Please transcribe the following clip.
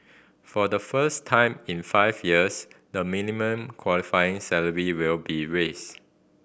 for the first time in five years the minimum qualifying salary will be raised